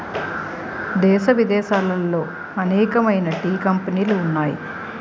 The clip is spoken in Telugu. దేశ విదేశాలలో అనేకమైన టీ కంపెనీలు ఉన్నాయి